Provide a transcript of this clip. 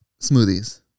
smoothies